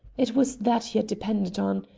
it was that he had depended on,